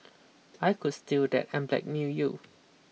I could steal that and blackmail you